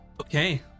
Okay